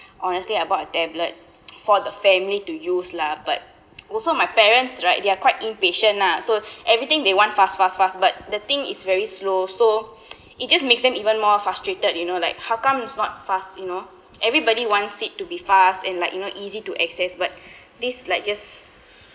honestly I bought a tablet for the family to use lah but also my parents right they are quite impatient lah so everything they want fast fast fast but the thing is very slow so it just makes them even more frustrated you know like how come is not fast you know everybody want seat to be fast and like you know easy to access but this like just